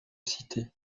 cité